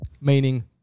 meaning